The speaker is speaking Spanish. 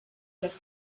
los